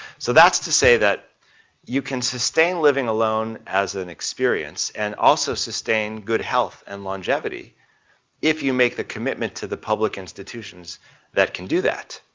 so that's to say that you can sustain living alone as an experience and also sustain good health and longevity if you make the commitment to the public institutions that can do that.